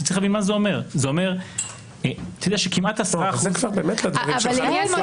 צריך להבין מה זה אומר --- זה כבר באמת הדברים שלך לגופם.